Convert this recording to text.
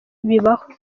bibaho